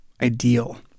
Ideal